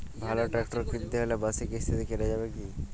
ভালো ট্রাক্টর কিনতে হলে মাসিক কিস্তিতে কেনা যাবে কি?